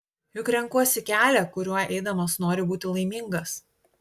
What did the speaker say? juk renkuosi kelią kuriuo eidamas noriu būti laimingas